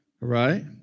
Right